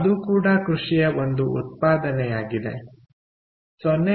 ಅದು ಕೂಡ ಕೃಷಿಯ ಒಂದು ಉತ್ಪಾದನೆಯಾಗಿದೆ 0